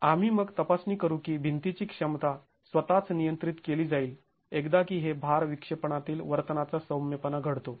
आम्ही मग तपासणी करू की भिंतीची क्षमता स्वतःच नियंत्रित केली जाईल एकदा की हे भार विक्षेपणातील वर्तनाचा सौम्यपणा घडतो